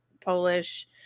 polish